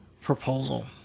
proposal